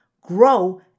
grow